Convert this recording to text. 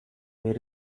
may